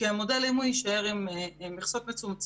כי אם המודל יישאר עם מכסות מצומצמות,